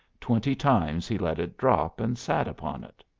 twenty times he let it drop and sat upon it.